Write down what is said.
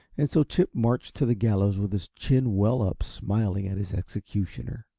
and so chip marched to the gallows with his chin well up, smiling at his executioner.